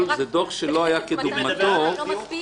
זה דוח שלא היה כדוגמתו שהוגש גם בזמן, כמובן.